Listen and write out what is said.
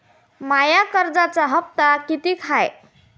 माया कर्जाचा हप्ता कितीक रुपये हाय?